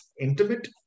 Intimate